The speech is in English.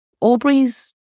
Aubrey's